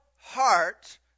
heart